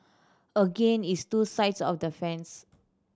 again it's two sides of the fence